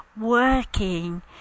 working